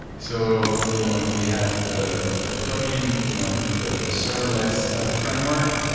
so you know we have the the plugin you know with the the serverless ah framework.